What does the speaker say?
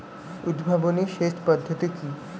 উদ্ভাবনী সেচ পদ্ধতি কি?